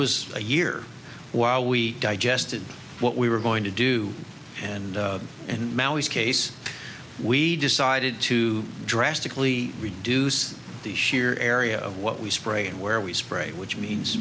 was a year while we digested what we were going to do and and now his case we decided to drastically reduce the sheer area of what we spray and where we spray which means